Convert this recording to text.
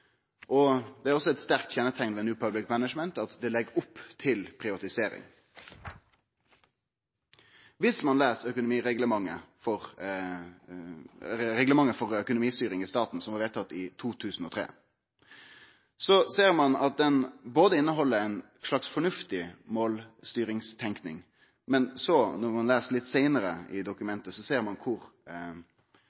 Det er også eit sterkt kjenneteikn ved New Public Management at det legg opp til privatisering. Viss ein les Reglementet for økonomistyring i staten som blei vedtatt i 2003, ser ein at det inneheld ei slags fornuftig målstyringstenking, men så, når ein les litt seinare i